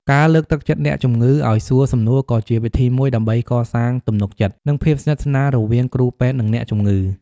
ការលើកទឹកចិត្តអ្នកជំងឺឱ្យសួរសំណួរក៏ជាវិធីមួយដើម្បីកសាងទំនុកចិត្តនិងភាពស្និទ្ធស្នាលរវាងគ្រូពេទ្យនិងអ្នកជំងឺ។